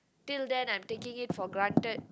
till them I'm taking it for granted